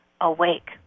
awake